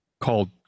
called